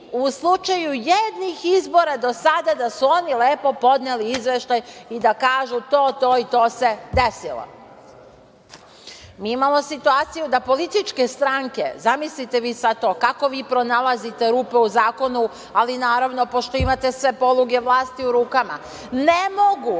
u slučaju jednih izbora do sada da su oni sada lepo podneli izveštaj i da kažu - to, to i to se desilo. Mi imamo situaciju da političke stranke, zamislite vi sada to, kako vi pronalazite rupe u zakonu, ali naravno, pošto imate sve poluge vlasti u rukama, ne mogu